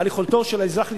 על יכולתו של האזרח להתקיים,